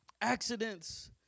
Accidents